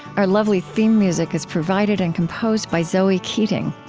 our lovely theme music is provided and composed by zoe keating.